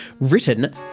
written